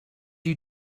you